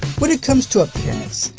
when it comes to appearance,